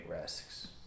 risks